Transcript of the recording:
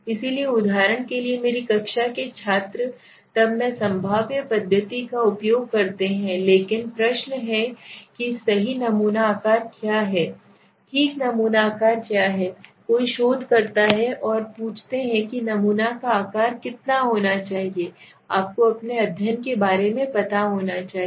इसलिए उदाहरण के लिए मेरी कक्षा के छात्र तब मैं संभाव्य पद्धति का उपयोग करते हैं लेकिन प्रश्न है कि सही नमूना आकार क्या है ठीक नमूना आकार क्या है कोई शोध करता है और पूछते हैं कि नमूना का आकार कितना होना चाहिए आपको अपने अध्ययन के बारे में पता होना चाहिए